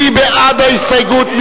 מי בעד ההסתייגות?